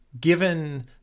Given